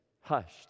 hushed